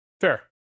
Fair